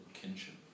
kinship